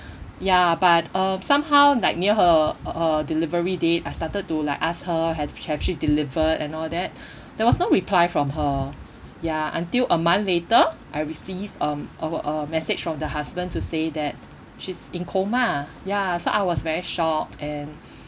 ya but uh somehow like near her her delivery date I started to like ask her have have she deliver and all that there was no reply from her ya until a month later I received um a a message from the husband to say that she's in coma ya so I was very shocked and